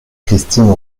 christine